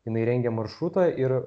jinai rengė maršrutą ir